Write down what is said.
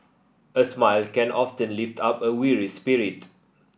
a smile can often lift up a weary spirit